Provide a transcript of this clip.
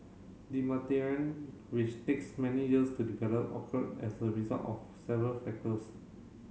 which takes many years to develop occured as a result of several factors